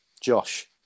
Josh